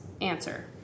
answer